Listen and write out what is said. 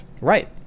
Right